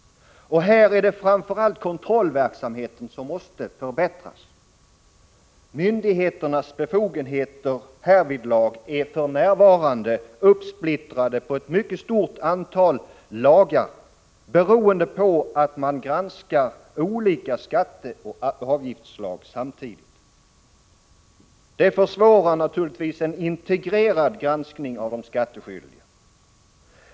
Här är det framför allt kontrollverksamheten som måste förbättras. Myndigheternas befogenheter härvidlag är för närvarande uppsplittrade på ett mycket stort antal lagar beroende på att man granskar olika skatteoch avgiftslag samtidigt. Det försvårar naturligtvis en integrerad granskning av de skattskyldiga.